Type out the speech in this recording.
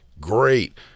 great